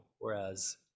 Whereas